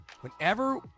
Whenever